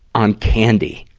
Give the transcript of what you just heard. on candy.